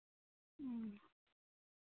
ᱚ